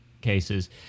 cases